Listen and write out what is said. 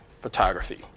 photography